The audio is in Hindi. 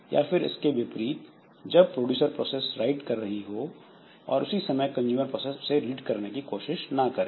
या फिर इसके विपरीत जब प्रोड्यूसर प्रोसेस राइट कर रही हो और उसी समय कंजूमर प्रोसेस उसे रीड करने की कोशिश करें